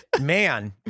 Man